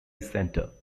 center